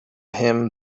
him